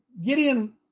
Gideon